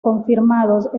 confirmados